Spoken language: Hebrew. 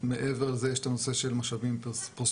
מעבר לזה יש את הנושא של משאבים פרוספקטיביים